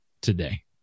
today